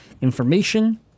information